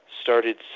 started